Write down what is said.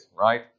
right